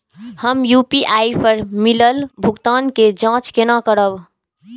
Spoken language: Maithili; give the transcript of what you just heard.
हम यू.पी.आई पर मिलल भुगतान के जाँच केना करब?